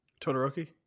Todoroki